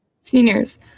Seniors